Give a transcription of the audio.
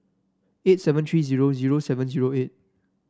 eight seven three zero zero seven zero eight